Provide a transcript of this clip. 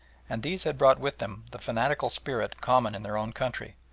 and these had brought with them the fanatical spirit common in their own country.